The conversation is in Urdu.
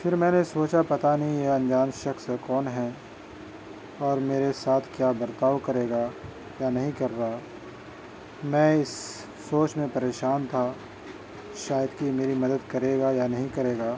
پھر میں نے سوچا پتا نہیں یہ انجان شخص کون ہے اور میرے ساتھ کیا برتاؤ کرے گا یا نہیں کر رہا میں اس سوچ میں پریشان تھا شاید کہ یہ میری مدد کرے گا یا نہیں کرے گا